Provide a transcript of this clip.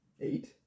Eight